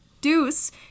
deuce